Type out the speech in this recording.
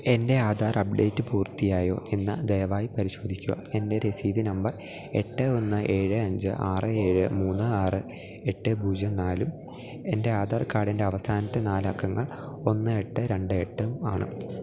എൻ്റെ ആധാർ അപ്ഡേറ്റ് പൂർത്തിയായോ എന്നു ദയവായി പരിശോധിക്കുക എൻ്റെ രസീത് നമ്പർ എട്ട് ഒന്ന് ഏഴ് അഞ്ച് ആറ് ഏഴ് മൂന്ന് ആറ് എട്ട് പൂജ്യം നാലും എൻ്റെ ആധാർ കാർഡിൻ്റെ അവസാനത്തെ നാലക്കങ്ങൾ ഒന്ന് എട്ട് രണ്ട് എട്ടും ആണ്